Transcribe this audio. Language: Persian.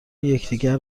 یکدیگر